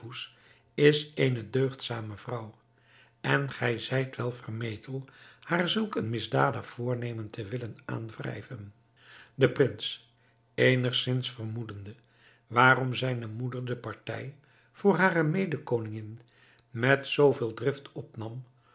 is eene deugdzame vrouw en gij zijt wel vermetel haar zulk een misdadig voornemen te willen aanwrijven de prins eenigzins vermoedende waarom zijne moeder de partij voor hare mede koningin met zoo veel drift opnam